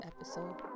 episode